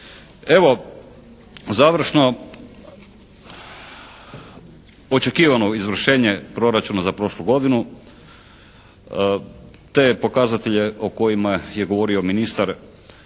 Evo, završno očekivano izvršenje proračuna za prošlu godinu, te pokazatelje o kojima je govorio ministar